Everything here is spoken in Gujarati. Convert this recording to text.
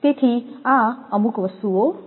તેથી આ અમુક વસ્તુઓ છે